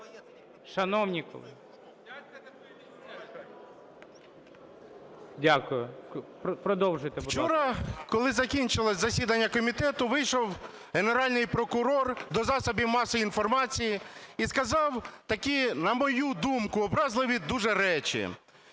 Вчора, коли закінчилося засідання комітету, вийшов Генеральний прокурор до засобів масової інформації і сказав такі, на мою думку, образливі дуже речі,